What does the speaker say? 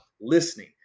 listening